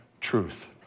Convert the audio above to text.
truth